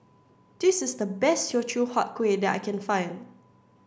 this is the best Teochew Huat Kuih that I can find